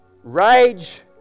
Rage